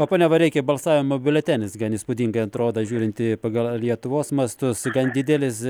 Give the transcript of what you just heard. o pone vareiki balsavimo biuletenis gan įspūdingai atrodo žiūrint į pagal lietuvos mastu su gan didelis